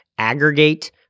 aggregate